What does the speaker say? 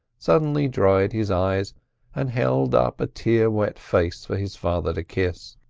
suddenly dried his eyes and held up a tear-wet face for his father to kiss.